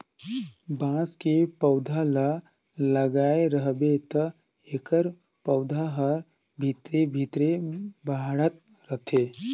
बांस के पउधा ल लगाए रहबे त एखर पउधा हर भीतरे भीतर बढ़ात रथे